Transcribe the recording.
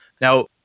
Now